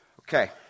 Okay